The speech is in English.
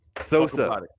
Sosa